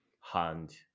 hand